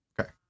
Okay